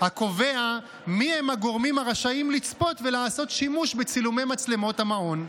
הקובע מיהם הגורמים הרשאים לצפות ולעשות שימוש בצילומי מצלמות המעון.